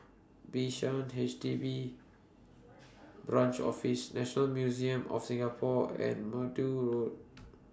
Bishan H D B Branch Office National Museum of Singapore and Maude Road